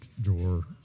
drawer